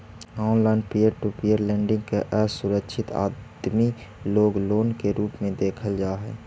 online peer to peer lending के असुरक्षित आदमी लोग लोन के रूप में देखल जा हई